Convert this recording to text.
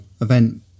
event